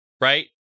Right